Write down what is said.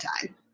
time